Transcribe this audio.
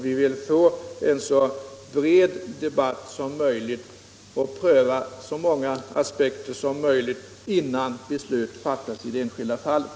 Vi vill ha en så bred debatt och pröva så många aspekter som möjligt innan beslut fattas i det enskilda fallet.